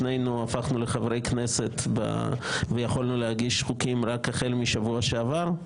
שנינו הפכנו לחברי כנסת ויכולנו להגיש חוקים רק החל משבוע שעבר,